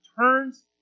turns